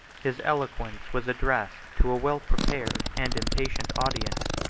his eloquence was addressed to a well-prepared and impatient audience.